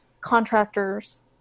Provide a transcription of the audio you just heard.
contractors